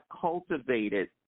cultivated